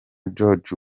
george